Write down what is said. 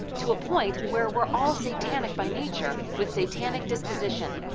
to a point where we're all satanic by nature with satanic disposition.